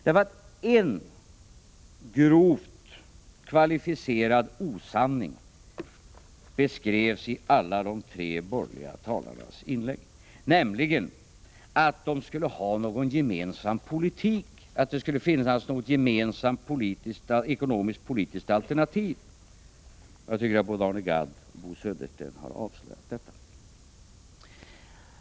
En grovt kvalificerad osanning beskrevs i alla de tre borgerliga talarnas inlägg, nämligen att de skulle ha någon gemensam politik, att det skulle finnas något gemensamt ekonomisk-politiskt alternativ. Jag tycker att både Arne Gadd och Bo Södersten har avslöjat detta.